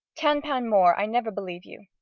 ten pound more, i never believe you.